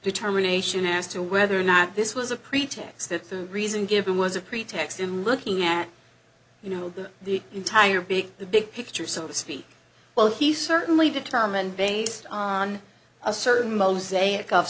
determination as to whether or not this was a pretext that food reason given was a pretext in looking at you know the entire big the big picture so to speak well he certainly determined based on a certain mosaic of